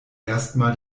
erstmals